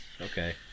Okay